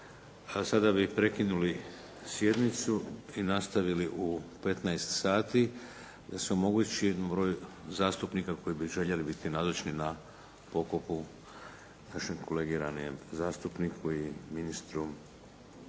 A sada bi prekinuli sjednicu i nastavili u 15 sati da se omogući broj zastupnika koji bi željeli biti nazočni na pokopu našem kolegu ranijem zastupniku i ministru